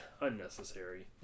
unnecessary